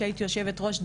כשהיית יושבת ראש,